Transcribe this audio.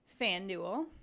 FanDuel